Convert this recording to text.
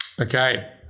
Okay